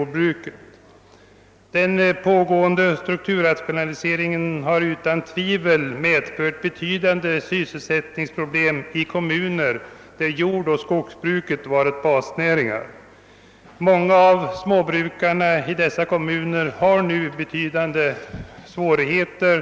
Den pågående strukturrationaliseringen har utan tvivel medfört betydande sysselsättningsproblem i kommuner där jordoch skogsbruket varit basnäringarna. Många av småjordbrukarna i dessa kommuner har nu stora svårigheter.